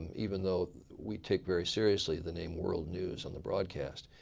even though we take very seriously the name world news on the broadcast.